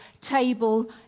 table